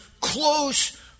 close